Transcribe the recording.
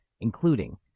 including